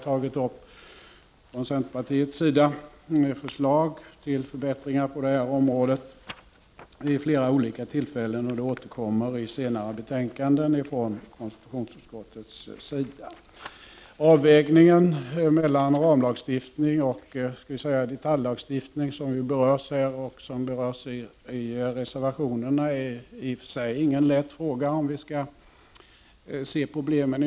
Centern har föreslagit förbättringar på detta område vid flera olika tillfällen, och detta återkommer i senare betänkanden från konstitutionsutskottet. Avvägningen mellan ramlagstiftning och detaljlagstiftning, som berörs i det särskilda yttrandet och i reservationerna, är i och för sig inte lätt om man ser närmare på problemen.